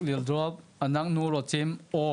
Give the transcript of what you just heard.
אנחנו רוצים צדק.